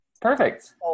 Perfect